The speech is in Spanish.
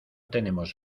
tenemos